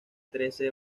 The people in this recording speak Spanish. trece